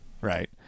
right